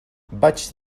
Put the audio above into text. vaig